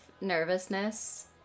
nervousness